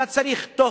אתה צריך תוך,